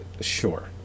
Sure